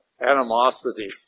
animosity